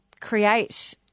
create